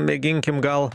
mėginkim gal